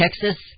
Texas